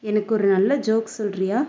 எனக்கு ஒரு நல்ல ஜோக் சொல்லுறியா